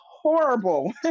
horrible